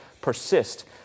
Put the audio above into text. persist